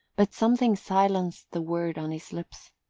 but something silenced the word on his lips.